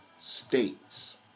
states